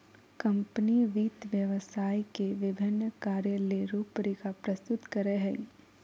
company वित्त व्यवसाय के विभिन्न कार्य ले रूपरेखा प्रस्तुत करय हइ